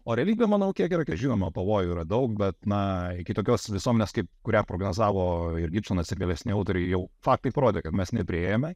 o realybė manau kiek yra žinoma pavojų yra daug bet na iki tokios visuomenės kaip kurią prognozavo ir gibsonas ir vėlesni autoriai jau faktai parodė kad mes nepriėjome